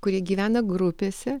kurie gyvena grupėse